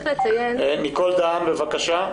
ניקול דהאן, בבקשה.